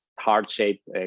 heart-shaped